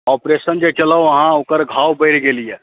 operation जे केलहुँ अहाँ ओकर घाव बढ़ि गेल यऽ